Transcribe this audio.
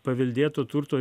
paveldėto turto